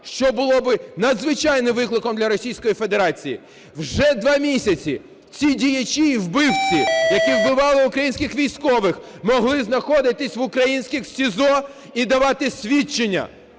що було би надзвичайним викликом для Російської Федерації. Вже два місяці ці діячі і вбивці, які вбивали українських військових, могли знаходитися в українських СІЗО і давати свідчення.